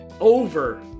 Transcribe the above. Over